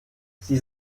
sind